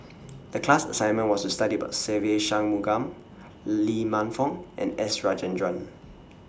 The class assignment was to study about Se Ve Shanmugam Lee Man Fong and S Rajendran